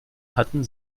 hatten